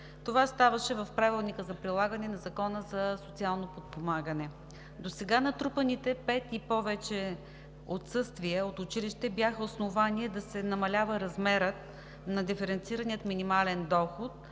това ставаше в Правилника за прилагане на Закона за социално подпомагане. Досега натрупаните пет и повече отсъствия от училище бяха основание да се намалява размерът на диференцирания минимален доход